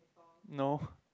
no